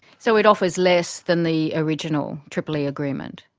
so it offers less than the original tripoli agreement?